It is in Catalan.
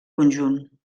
conjunt